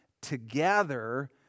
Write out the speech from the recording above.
together